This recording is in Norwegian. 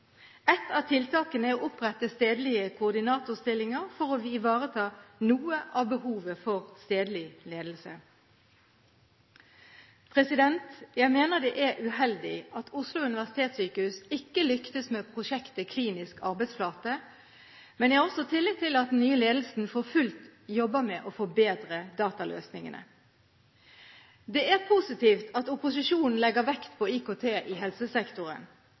av tiltakene er å opprette stedlige koordinatorstillinger for å ivareta noe av behovet for stedlig ledelse. Jeg mener det er uheldig at Oslo universitetssykehus ikke lyktes med prosjektet klinisk arbeidsflate, men jeg har tillit til at den nye ledelsen jobber for fullt med å forbedre dataløsningene. Det er positivt at opposisjonen legger vekt på IKT i helsesektoren,